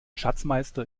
schatzmeister